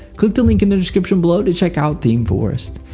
click the link in the description below to check out themeforest.